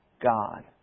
God